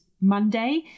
Monday